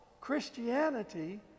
Christianity